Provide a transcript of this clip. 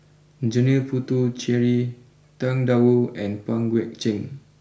Janil Puthucheary Tang Da Wu and Pang Guek Cheng